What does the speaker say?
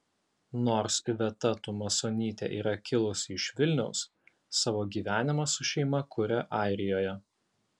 nors iveta tumasonytė yra kilusi iš vilniaus savo gyvenimą su šeima kuria airijoje